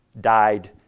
died